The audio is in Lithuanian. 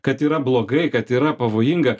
kad yra blogai kad yra pavojinga